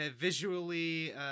visually